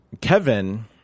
Kevin